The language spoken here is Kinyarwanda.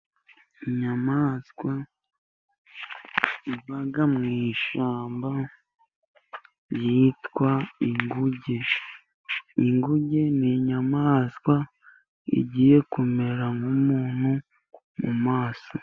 Inyamaswa iba mu ishyamba yitwa inguge. Ingunge ni inyamaswa igiye kumera nk'umuntu mu maso.